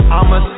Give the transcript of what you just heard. I'ma